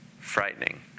frightening